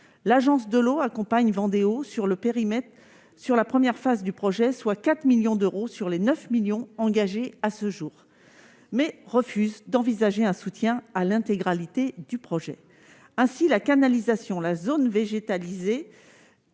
L'agence de l'eau accompagne Vendée Eau pour la première phase du projet, à hauteur de 4 millions d'euros sur les 9 millions engagés à ce jour, mais elle refuse d'envisager un soutien à l'intégralité du projet. Ainsi, la canalisation, la zone végétalisée